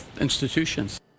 Institutions